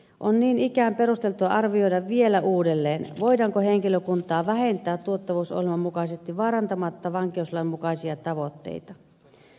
on niin ikään perusteltua arvioida vielä uudelleen voidaanko henkilökuntaa vähentää tuottavuusohjelman mukaisesti vaarantamatta vankeuslain mukaisia tavoitteita